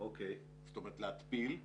זאת אומרת להתפיל,